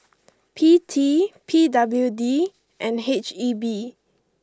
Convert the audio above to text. P T P W D and H E B